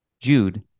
Jude